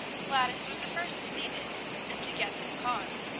gladys was the first to see this and to guess its cause.